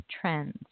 trends